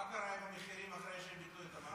מה קרה עם המחירים אחרי שביטלו את המס?